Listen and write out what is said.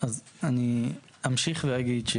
אז אני אמשיך ואגיד,